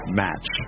match